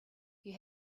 you